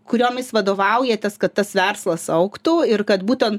kuriomis vadovaujatės kad tas verslas augtų ir kad būten